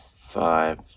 Five